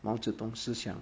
毛泽东思想